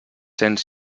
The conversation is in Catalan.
cents